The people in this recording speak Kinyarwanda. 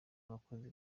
abakozi